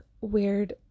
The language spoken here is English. weird